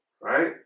right